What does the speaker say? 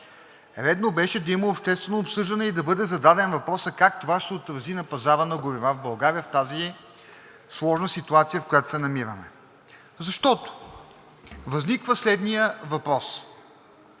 Редно беше да има обществено обсъждане и да бъде зададен въпросът как това ще се отрази на пазара на горива в тази сложна ситуация, в която се намираме. Защото възниква следният въпрос